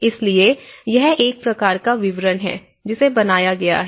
इसलिए यह एक प्रकार का विवरण है जिसे बनाया गया है